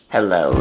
Hello